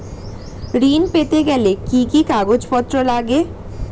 ঋণ পেতে গেলে কি কি কাগজপত্র লাগে?